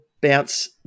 bounce